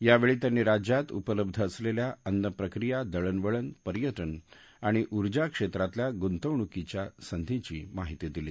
यावेळी त्यांनी राज्यात उपलब्ध असलेल्या अन्नप्रक्रिया दळणवळण पर्यटन आणि ऊर्जा क्षेत्रातल्या गुंतवणूकीच्या संधीची माहिती दिली